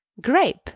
Grape